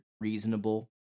reasonable